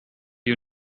you